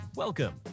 Welcome